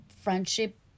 friendship